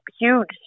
huge